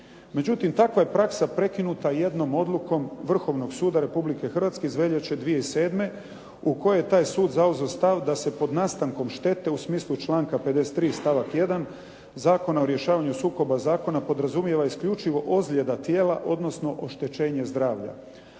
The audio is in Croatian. Međutim, takva je praksa prekinuta jednom odlukom Vrhovnog suda Republike Hrvatske iz veljače 2007. u kojoj je taj sud zauzeo stav da se pod nastankom štete, u smislu članka 53. stavak 1. Zakona o rješavanju sukoba zakona podrazumijeva isključivo ozljeda tijela, odnosno oštećenje zdravlja,